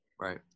Right